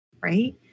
Right